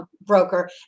broker